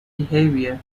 behaviour